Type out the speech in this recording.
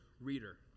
reader